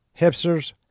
hipsters